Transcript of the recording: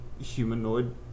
humanoid